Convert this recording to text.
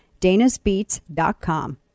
danasbeats.com